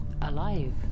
Alive